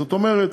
זאת אומרת,